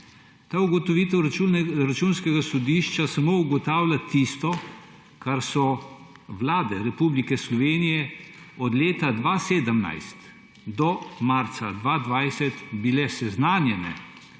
Ta ugotovitev Računskega sodišča samo ugotavlja tisto, s čimer so vlade Republike Slovenije od leta 2017 do marca 2020 bile seznanjene